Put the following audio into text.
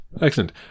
Excellent